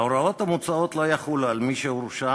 ההוראות המוצעות לא יחולו על מי שהורשע